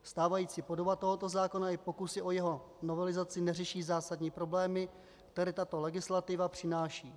Stávající podoba tohoto zákona i pokus o jeho novelizaci neřeší zásadní problémy, které tato legislativa přináší.